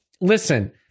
listen